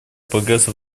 прогресса